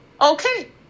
okay